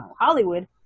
hollywood